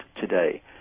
today